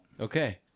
Okay